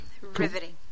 riveting